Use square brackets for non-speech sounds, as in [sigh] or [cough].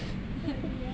[laughs] ya